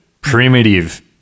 primitive